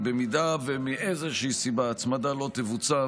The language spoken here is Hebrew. אם מאיזושהי סיבה ההצמדה לא תבוצע,